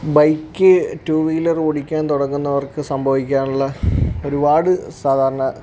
bike two wheeler ഓടിക്കാൻ തുടങ്ങുന്നവർക്ക് സംഭവിക്കാറുള്ള ഒരുപാട് സാധാരണ